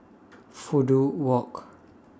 Fudu Walk